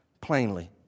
plainly